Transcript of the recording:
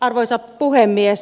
arvoisa puhemies